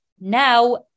now